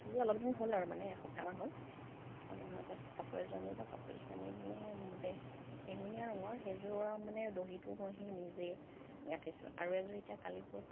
আজি অলপদিন হ'ল আৰু মানে এসপ্তাহমান হ'ল এসপ্তাহমানৰ আগত কাপোৰ এযোৰ আনিলো কাপোৰযোৰ আনি মানে বে বেঙুণীয়া ৰঙৰ সেইযোৰৰ মানে দহিটো মই সেই নিজেই গাঁঠীছোঁ আৰু এযোৰ এতিয়া কালি পৰহি